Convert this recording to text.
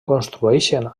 construeixen